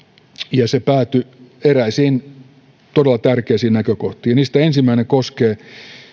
ja se päätyi eräisiin todella tärkeisiin näkökohtiin niistä ensimmäinen koskee